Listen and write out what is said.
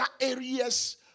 areas